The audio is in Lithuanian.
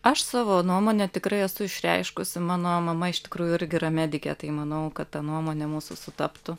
aš savo nuomonę tikrai esu išreiškusi mano mama iš tikrųjų irgi yra medikė tai manau kad ta nuomonė mūsų sutaptų